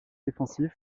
défensif